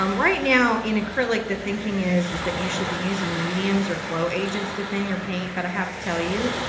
um right now in acrylic the thinking is is that you should be using mediums or flow agents to thin your paint. but i have to tell you,